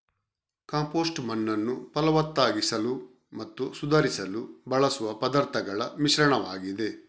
compost ಮಣ್ಣನ್ನು ಫಲವತ್ತಾಗಿಸಲು ಮತ್ತು ಸುಧಾರಿಸಲು ಬಳಸುವ ಪದಾರ್ಥಗಳ ಮಿಶ್ರಣವಾಗಿದೆ